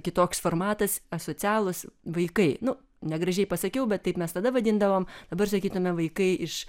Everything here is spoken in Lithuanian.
kitoks formatas asocialūs vaikai nu negražiai pasakiau bet taip mes tada vadindavom dabar sakytume vaikai iš